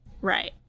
Right